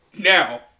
Now